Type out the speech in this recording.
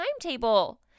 timetable